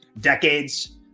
decades